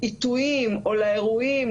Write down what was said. לעיתויים ולאירועים,